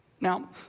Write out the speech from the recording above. Now